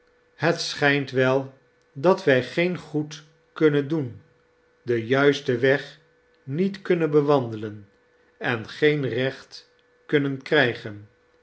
het schijnt web dat wij geen goed kunnen doen den juisten weg niet kunnen bewandelen en geen recht kunnen krijgen